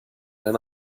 eine